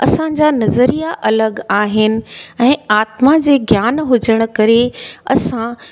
असांजा नज़रिया अलॻि आहिनि ऐं आत्मा जे ज्ञान हुजण करे असां